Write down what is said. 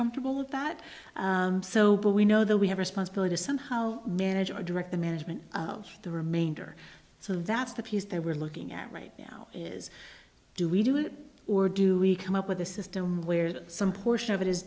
comfortable with that so but we know that we have responsibilities somehow manage to direct the management of the remainder so that's the piece they were looking at right now is do we do it or do we come up with a system where some portion of it is